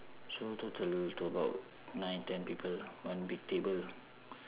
so total to about nine ten people one big table